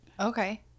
Okay